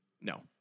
No